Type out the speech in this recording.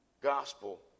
gospel